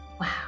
wow